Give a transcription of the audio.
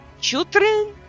children